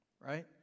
right